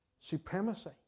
supremacy